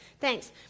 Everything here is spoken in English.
thanks